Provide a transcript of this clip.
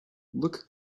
look